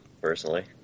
personally